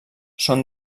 són